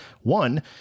One